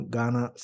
Ghana